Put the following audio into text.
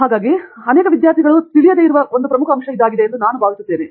ಹಾಗಾಗಿ ಅದು ಅನೇಕ ವಿದ್ಯಾರ್ಥಿಗಳು ತಿಳಿಯದೆ ಇರುವ ಒಂದು ಪ್ರಮುಖವಾದ ಅಂಶವಾಗಿದೆ ಎಂದು ನಾನು ಭಾವಿಸುತ್ತೇನೆ